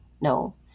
no